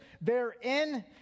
Therein